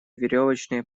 веревочные